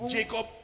Jacob